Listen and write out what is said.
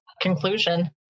conclusion